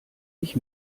mich